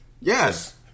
Yes